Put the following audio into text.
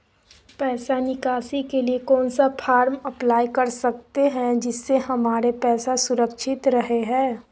पैसा निकासी के लिए कौन सा फॉर्म अप्लाई कर सकते हैं जिससे हमारे पैसा सुरक्षित रहे हैं?